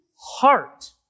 heart